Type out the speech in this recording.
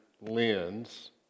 lens